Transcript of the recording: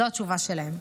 זו התשובה שלהם.